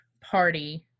party